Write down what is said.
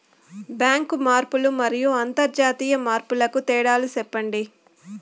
Bank మార్పులు మరియు అంతర్జాతీయ మార్పుల కు తేడాలు సెప్పండి?